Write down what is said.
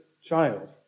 child